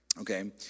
okay